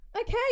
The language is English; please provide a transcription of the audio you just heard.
Okay